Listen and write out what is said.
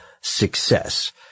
success